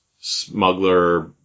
smuggler